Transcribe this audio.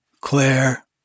Claire